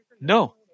No